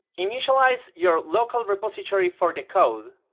initialize your local repository for the code,